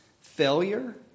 failure